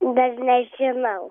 dar nežinau